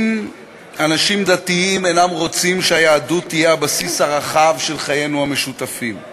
העם היהודי יחולק לשבטים הנלחמים זה